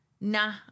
nah